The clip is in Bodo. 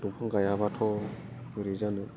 दंफां गायाबाथ' बोरै जानो